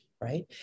right